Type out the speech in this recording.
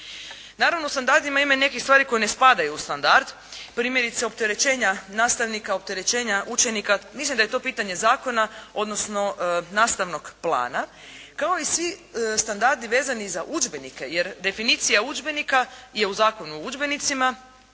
Naravno, u standardima ima i nekih stvari koje ne spadaju u standard. Primjerice opterećenja nastavnika, opterećenja učenika, mislim da je to pitanje zakona, odnosno nastavnog plana, kao i svi standardi vezani za udžbenike. Jer definicija udžbenika je u Zakonu o udžbenicima,